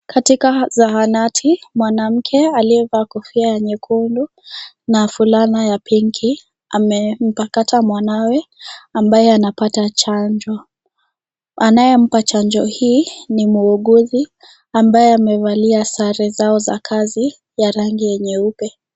Katika zahanati mwanamke aliyevaa kofia ya nyekundu na fulana ya pinki amempakata mwanawe ambaye anapata chanjo, anayempa chanjo hii ni muuguzi ambaye amevalia sare zao za kazi ya rangi nyeupe.